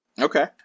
Okay